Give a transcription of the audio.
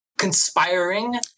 conspiring